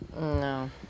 No